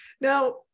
now